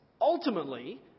Ultimately